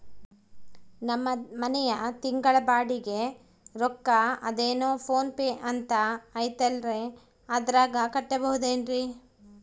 ನಮ್ಮ ಮನೆಯ ತಿಂಗಳ ಬಾಡಿಗೆ ರೊಕ್ಕ ಅದೇನೋ ಪೋನ್ ಪೇ ಅಂತಾ ಐತಲ್ರೇ ಅದರಾಗ ಕಟ್ಟಬಹುದೇನ್ರಿ?